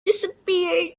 disappeared